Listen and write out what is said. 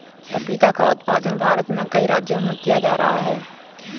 पपीता का उत्पादन भारत में कई राज्यों में किया जा रहा है